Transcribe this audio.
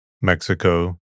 Mexico